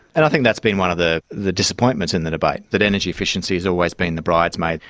and i think that's been one of the the disappointments in the debate that energy efficiency's always been the bridesmaid.